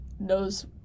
knows